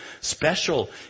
special